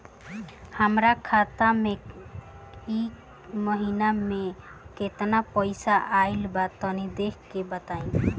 हमरा खाता मे इ महीना मे केतना पईसा आइल ब तनि देखऽ क बताईं?